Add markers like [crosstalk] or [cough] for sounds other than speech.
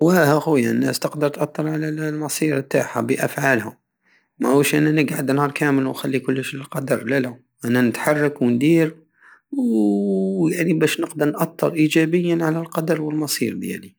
هو ا خويا الناس تقدر تاتر على المصير تاعها بافعالها ماهوش نقعد نهار كامل ونخلي كلش للقدر لالا انا نتحرك وندير و [hesitation] يعني بش نقدر ناتر ايجابيا على القدر والمصير بيي